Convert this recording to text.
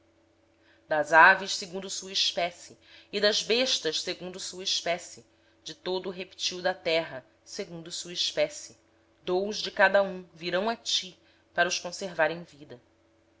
das aves segundo as suas espécies do gado segundo as suas espécies de todo réptil da terra segundo as suas espécies dois de cada espécie virão a ti para os conservares em vida